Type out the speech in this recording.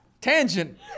Tangent